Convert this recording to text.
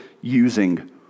using